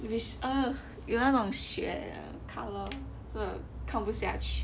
which uh 有那种血的 colour